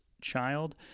child